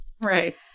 Right